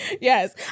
Yes